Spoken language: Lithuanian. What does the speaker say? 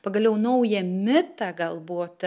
pagaliau naują mitą gal būt